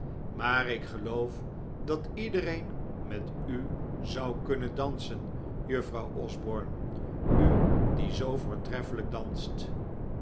maar ik geloof dat iedereen met a zou kunnen dansen juffrouw osborne u die zoo voortreffelijk danst